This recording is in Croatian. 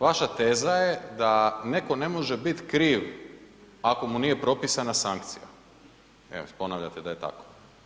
Vaša teza je da netko ne može biti kriv, ako mu nije propisana sankcija, evo ponavljate da je tako.